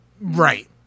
Right